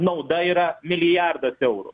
nauda yra milijardas eurų